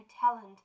talent